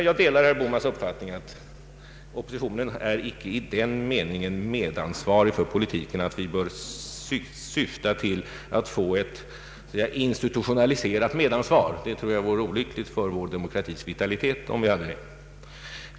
Jag delar herr Bohmans uppfattning att oppositionen icke i den meningen är medansvarig för den ekonomiska politiken att vi bör syfta till att få ett institutionaliserat medansvar, vilket jag tror vore olyckligt för vår demokratis vitalitet.